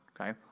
okay